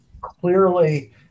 Clearly